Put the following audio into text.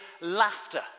Laughter